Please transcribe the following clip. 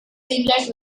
inlet